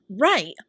Right